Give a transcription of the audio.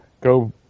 go